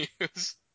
News